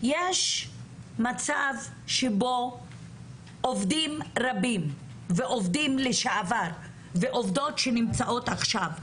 יש מצב שבו עובדים רבים ועובדים לשעבר ועובדות שנמצאות עכשיו,